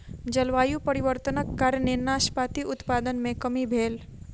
जलवायु परिवर्तनक कारणेँ नाशपाती उत्पादन मे कमी भेल